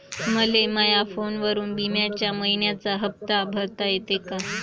मले माया फोनवरून बिम्याचा मइन्याचा हप्ता भरता येते का?